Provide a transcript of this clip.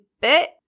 bit